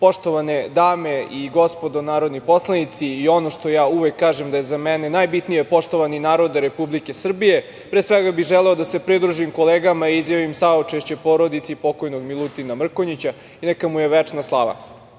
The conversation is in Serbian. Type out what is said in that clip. dame i gospodo narodni poslanici, i ono što ja uvek kažem da je za mene najbitnije - poštovani narode Republike Srbije, pre svega bih želeo da se pridružim kolegama i izjavim saučešće porodici pokojnog Milutina Mrkonjića i neka mu je večna slava. Danas